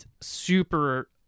Super